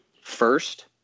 first